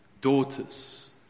daughters